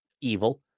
evil